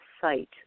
site